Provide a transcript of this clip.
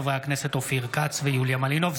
מאת חברי הכנסת מיכל שיר סגמן ומיכל מרים